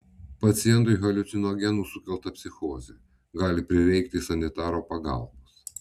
pacientui haliucinogenų sukelta psichozė gali prireikti sanitaro pagalbos